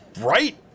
Right